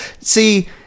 See